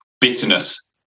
bitterness